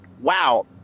Wow